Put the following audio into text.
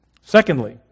Secondly